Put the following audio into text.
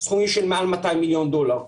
סכומים של מעל 200 מיליון דולר.